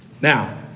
now